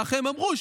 ככה הם אמרו,